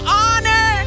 honor